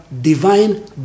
divine